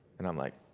and i'm like,